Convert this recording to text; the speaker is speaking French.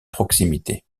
proximité